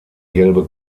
gelbe